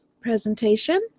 presentation